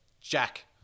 Jack